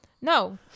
No